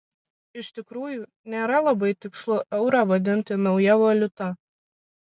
iš tikrųjų nėra labai tikslu eurą vadinti nauja valiuta